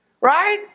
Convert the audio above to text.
Right